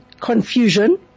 confusion